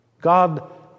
God